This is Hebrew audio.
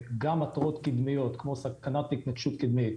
התראות קדמיות כמו סכנת התנגשות קדמית,